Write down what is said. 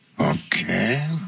Okay